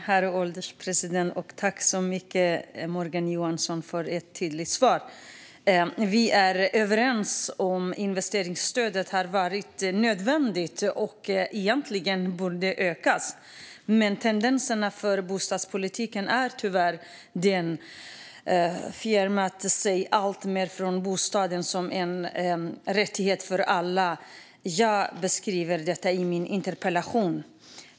Herr ålderspresident! Jag tackar Morgan Johansson för ett tydligt svar. Vi är överens om att investeringsstödet har varit nödvändigt och egentligen borde ökas. Men tendensen är att bostadspolitiken tyvärr har fjärmat sig från att bostaden är en rättighet för alla. Jag beskriver detta i min interpellation.